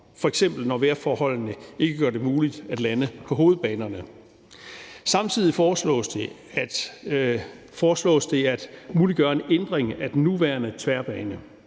f.eks. når vejrforholdene ikke gør det muligt at lande på hovedbanerne. Samtidig foreslås det at muliggøre en ændring af den nuværende tværbane,